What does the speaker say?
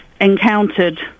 encountered